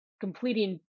completing